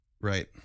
Right